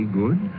good